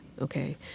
Okay